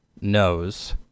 knows